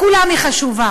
לכולם היא חשובה.